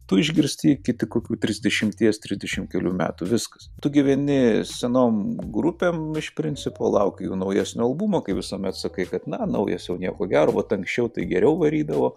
tu išgirsti iki kokių trisdešimties trisdešimt kelių metų viskas tu gyveni senom grupėm iš principo lauki jų naujesnio albumo kaip visuomet sakai kad na naujas jau nieko gero vat anksčiau tai geriau varydavo